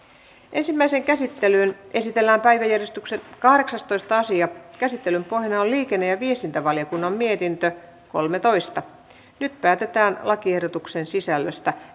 ensimmäiseen käsittelyyn esitellään päiväjärjestyksen kahdeksastoista asia käsittelyn pohjana on liikenne ja viestintävaliokunnan mietintö kolmetoista nyt päätetään lakiehdotuksen sisällöstä